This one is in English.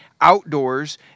outdoors